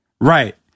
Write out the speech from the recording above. Right